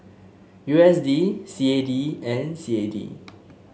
U S D C A D and C A D